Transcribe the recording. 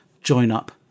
join-up